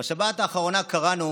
בשבת האחרונה קראנו